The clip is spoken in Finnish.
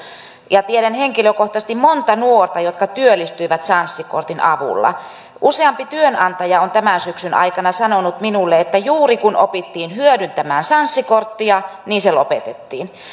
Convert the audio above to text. ja tiedän henkilökohtaisesti monta nuorta jotka työllistyivät sanssi kortin avulla useampi työnantaja on tämän syksyn aikana sanonut minulle että juuri kun opittiin hyödyntämään sanssi korttia niin se lopetettiin